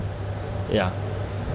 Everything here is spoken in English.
ya